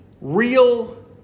real